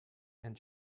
and